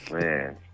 Man